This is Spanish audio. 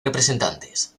representantes